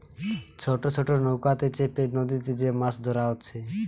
ছোট ছোট নৌকাতে চেপে নদীতে যে মাছ ধোরা হচ্ছে